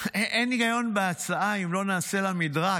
אין היגיון בהצעה אם לא נעשה לה מדרג.